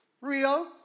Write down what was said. Rio